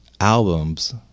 albums